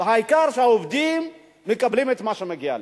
והעיקר שהעובדים מקבלים את מה שמגיע להם.